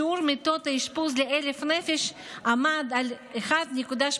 שיעור מיטות האשפוז ל-1,000 נפש עמד על 1.83,